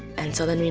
and so then, you